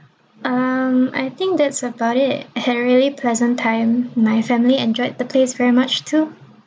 um I think that's about it had really pleasant time my family enjoyed the place very much too